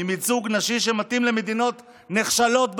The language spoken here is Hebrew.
עם ייצוג נשי שמתאים למדינות נחשלות בעולם,